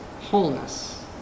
wholeness